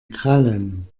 krallen